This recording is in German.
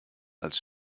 als